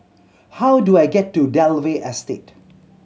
how do I get to Dalvey Estate